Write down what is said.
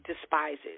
despises